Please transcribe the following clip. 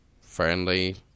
friendly